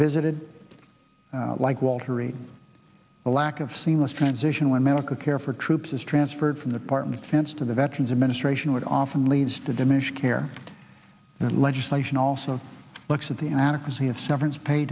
visited like walter reed the lack of seamless transition when medical care for troops is transferred from the department defense to the veterans administration would often leads to diminish care legislation also looks at the adequacy of severance pay